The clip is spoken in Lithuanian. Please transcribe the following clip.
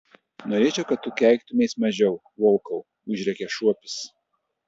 norėčiau kad tu keiktumeis mažiau volkau užrėkė šuopis